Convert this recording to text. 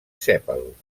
sèpals